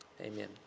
Amen